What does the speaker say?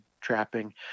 trapping